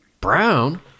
Brown